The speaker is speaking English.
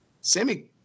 Sammy